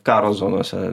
karo zonose